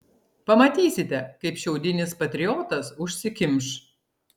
pamatysite kaip šiaudinis patriotas užsikimš